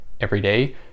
everyday